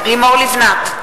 (קוראת בשמות חברי הכנסת) לימור לבנת,